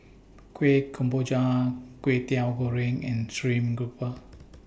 Kuih Kemboja Kway Teow Goreng and Stream Grouper